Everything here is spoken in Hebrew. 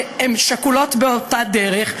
שהן שכולות באותה דרך?